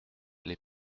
les